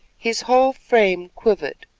his whole frame quivered,